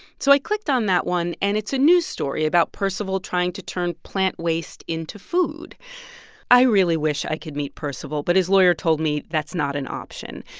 so i clicked on that one, and it's a news story about percival trying to turn plant waste into food i really wish i could meet percival, but his lawyer told me that's not an option.